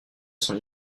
son